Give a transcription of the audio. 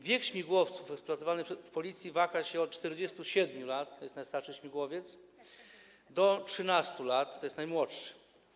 Wiek śmigłowców eksploatowanych w Policji waha się od 47 lat, to jest najstarszy śmigłowiec, do 13 lat, to jest najmłodszy.